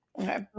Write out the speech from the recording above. okay